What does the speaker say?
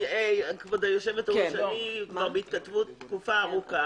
כבוד היושבת ראש, אני כבר בהתכתבות תקופה ארוכה.